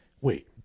wait